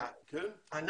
אנחנו